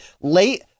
late